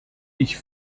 ich